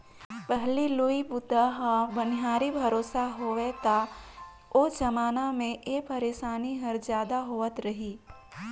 पहिली लुवई बूता ह बनिहार भरोसा होवय त ओ जमाना मे ए परसानी हर जादा होवत रही